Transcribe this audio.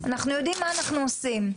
אנחנו יודעים מה אנחנו עושים.